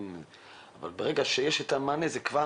שיש מענה, זה כבר